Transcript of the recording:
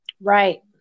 Right